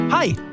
Hi